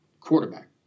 quarterback